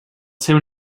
seu